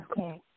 Okay